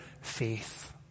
faith